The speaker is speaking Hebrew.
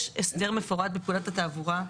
יש הסדר מפורט בפקודת התעבורה.